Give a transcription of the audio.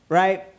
right